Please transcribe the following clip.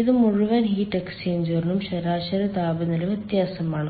ഇത് മുഴുവൻ ഹീറ്റ് എക്സ്ചേഞ്ചറിനും ശരാശരി താപനില വ്യത്യാസമാണ്